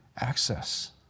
access